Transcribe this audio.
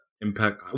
Impact